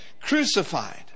crucified